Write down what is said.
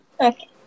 Okay